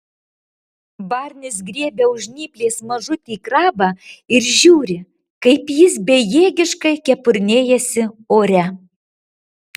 barnis griebia už žnyplės mažutį krabą ir žiūri kaip jis bejėgiškai kepurnėjasi ore